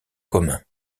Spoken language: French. commun